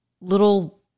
little